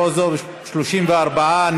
תודה רבה.